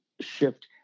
shift